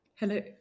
Hello